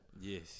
Yes